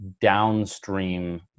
downstream